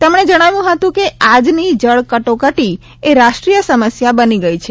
તેમણે જણાવ્યું હતું કે આજની જળ કટોકટી એ રાષ્ટ્રીય એક સમસ્યા બની ગઇ છે